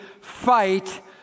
Fight